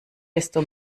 desto